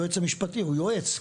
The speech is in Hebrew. היועץ המשפטי הוא יועץ,